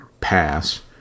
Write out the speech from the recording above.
pass